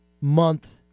month